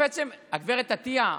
גב' עטייה.